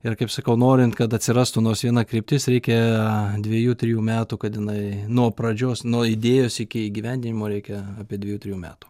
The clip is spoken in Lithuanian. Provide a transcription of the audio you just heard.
ir kaip sakiau norint kad atsirastų nors viena kryptis reikia dviejų trijų metų kad jinai nuo pradžios nuo idėjos iki įgyvendinimo reikia apie dviejų trijų metų